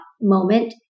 moment